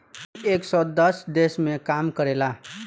इ एक सौ दस देश मे काम करेला